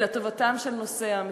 אלא טובתם של נושאי המשרה,